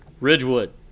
Ridgewood